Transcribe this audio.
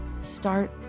Start